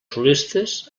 solistes